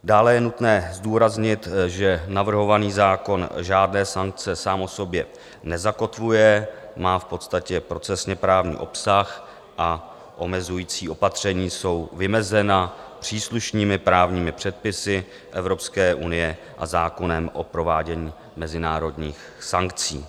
Dále je nutné zdůraznit, že navrhovaný zákon žádné sankce sám o sobě nezakotvuje, má v podstatě procesněprávní obsah a omezující opatření jsou vymezena příslušnými právními předpisy Evropské unie a zákonem o provádění mezinárodních sankcí.